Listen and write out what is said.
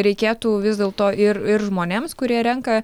reikėtų vis dėlto ir ir žmonėms kurie renka